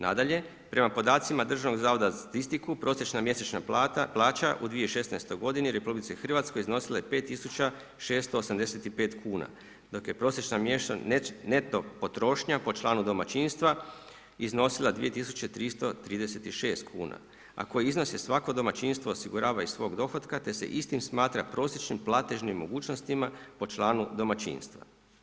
Nadalje, prema podacima Državnog zavoda za statistiku prosječna mjesečna plaća u 2016. g. u RH iznosila je 5685 kn, dok je prosječna neto potrošnja po članu domaćinstva iznosila 2336 kn, a koji iznosi svako domaćinstvo osigurava iz svog dohotka, te se isto smatra prosječnim platežnim mogućnostima, po članu domaćinstva.